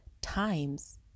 times